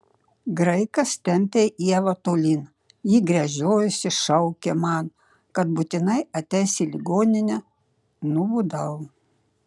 graikas tempė ievą tolyn ji gręžiojosi šaukė man kad būtinai ateis į ligoninę nubudau